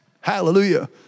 Hallelujah